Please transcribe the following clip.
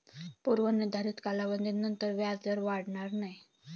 पूर्व निर्धारित कालावधीनंतर व्याजदर वाढणार नाही